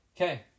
Okay